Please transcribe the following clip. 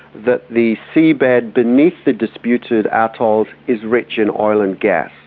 that the seabed beneath the disputed atolls is rich in oil and gas.